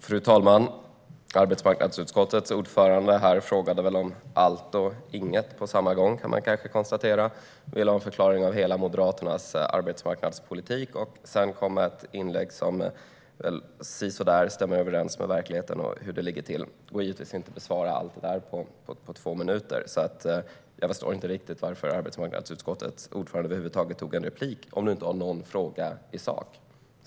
Fru talman! Arbetsmarknadsutskottets ordförande frågade här om allt och inget på samma gång, kan man konstatera. Han ville ha en förklaring av Moderaternas hela arbetsmarknadspolitik. Sedan kom ett inlägg som sisådär stämmer överens med verkligheten och hur det ligger till. Det går givetvis inte att besvara allt det där på två minuter, så jag förstår inte riktigt varför arbetsmarknadsutskottets ordförande över huvud taget begärde replik om han inte har någon fråga i sak.